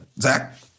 Zach